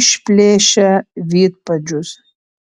išplėšia vidpadžius